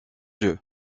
dieu